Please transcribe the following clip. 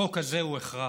החוק הזה הוא הכרח.